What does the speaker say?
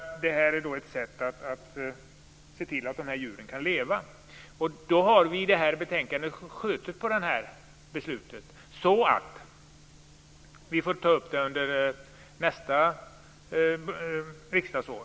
I det här betänkandet vill vi skjuta upp beslutet i frågan och ta upp frågan under nästa riksdagsår.